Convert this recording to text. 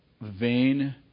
vain